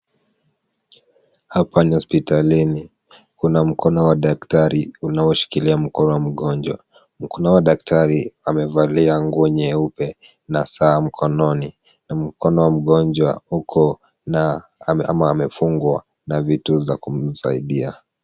Hapa ni hospitalini, kuna mkono wa daktari unaoshikilia mkono wa mgonjwa, mkono wa daktari amevalia nguo nyeupe na saa mkononi na mkono wa mgonjwa uko na ama amefungwa na vitu za kumsaidia.